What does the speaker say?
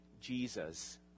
Jesus